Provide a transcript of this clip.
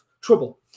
trouble